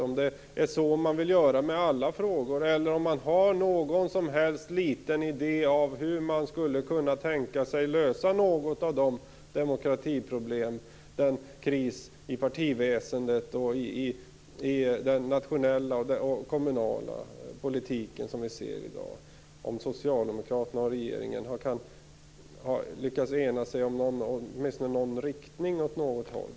Vill man göra så här med alla frågor, eller har man någon som helst liten idé om hur man skulle tänka sig att lösa något av dagens demokratiproblemen, t.ex. krisen i partiväsendet och i den nationella och lokala politiken? Har socialdemokraterna och regeringen lyckats ena sig om åtminstone någon riktning åt något håll?